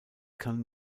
kann